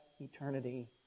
eternity